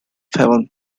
heaven